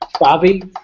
Bobby